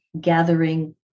gathering